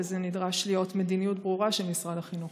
ונדרשת מדיניות ברורה של משרד החינוך.